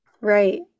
right